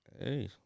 Hey